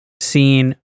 seen